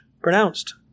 pronounced